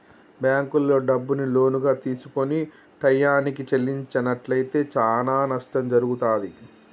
బ్యేంకుల్లో డబ్బుని లోనుగా తీసుకొని టైయ్యానికి చెల్లించనట్లయితే చానా నష్టం జరుగుతాది